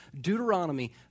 Deuteronomy